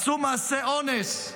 עשו מעשי אונס,